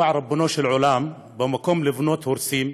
ריבונו של עולם, במקום לבנות הורסים,